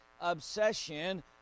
obsession